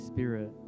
Spirit